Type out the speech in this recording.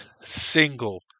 single